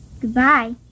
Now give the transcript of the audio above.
Goodbye